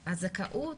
ובמשפחתון,